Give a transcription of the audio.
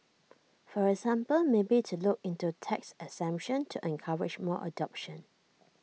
for example maybe to look into tax exemption to encourage more adoption